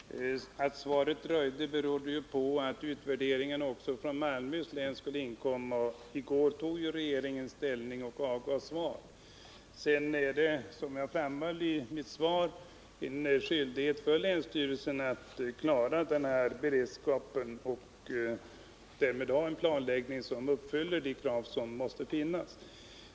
Herr talman! Att svaret dröjde berodde på att utvärderingen också från Malmöhus län skulle inkomma. I går tog regeringen ställning och avgav svar. Som jag framhöll i mitt svar, är det en skyldighet för länsstyrelsen att klara av denna beredskap och därmed ha en planläggning som uppfyller de krav som finns.